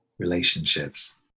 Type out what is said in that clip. relationships